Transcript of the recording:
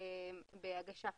בהגשה פיזית.